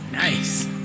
Nice